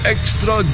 Extra